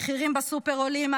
המחירים בסופר עולים,